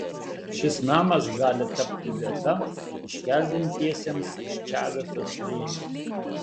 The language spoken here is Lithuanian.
šis namas gali tapti vieta iškeldintiesiems iš čaveso slėnio